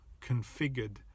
configured